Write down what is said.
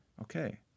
okay